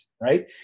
right